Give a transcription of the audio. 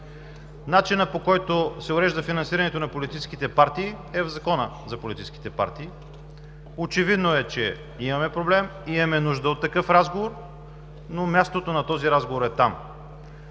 Начинът, по който се урежда финансирането на политическите партии, е в Закона за политическите партии. Очевидно е, че имаме проблем, че имаме нужда от такъв разговор, но мястото на този разговор е там.